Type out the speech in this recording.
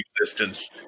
existence